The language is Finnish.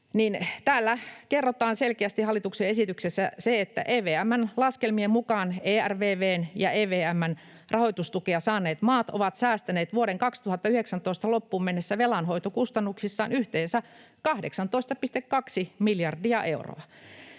täällä hallituksen esityksessä kerrotaan selkeästi: ”EVM:n laskelmien mukaan ERVV:n ja EVM:n rahoitustukea saaneet maat ovat säästäneet vuoden 2019 loppuun mennessä velanhoitokustannuksissa yhteensä 18,2 miljardia euroa.